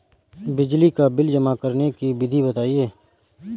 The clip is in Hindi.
बिजली का बिल जमा करने की विधि बताइए?